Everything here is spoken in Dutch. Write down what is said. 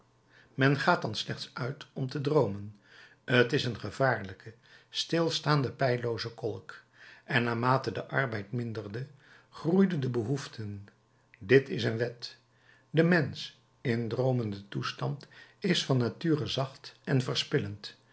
men gaat dan slechts uit om te droomen t is een gevaarlijke stilstaande peillooze kolk en naarmate de arbeid minderde groeiden de behoeften dit is een wet de mensch in droomenden toestand is van nature zacht en verspillend